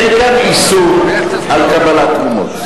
אין כאן איסור לקבל תרומות.